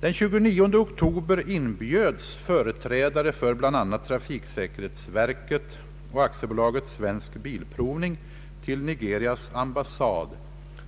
Den 29 oktober inbjöds företrädare för bl.a. trafiksäkerhetsverket och AB Svensk bilprovning till Nigerias ambassad